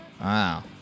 wow